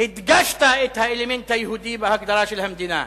כשהדגשת את האלמנט היהודי בהגדרה של המדינה.